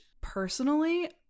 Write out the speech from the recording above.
personally